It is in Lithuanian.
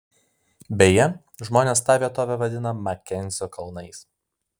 beje žmonės tą vietovę vadina makenzio kalnais